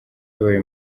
yabaye